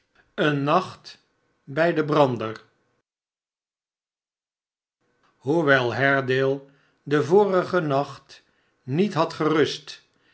een nacht bij den brander hoewel haredale den vorigen nacht niet had gerust